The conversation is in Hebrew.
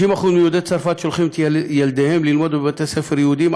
90% מיהודי צרפת שולחים את ילדיהם ללמוד בבתי-ספר יהודיים,